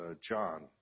John